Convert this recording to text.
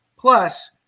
Plus